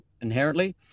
inherently